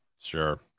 Sure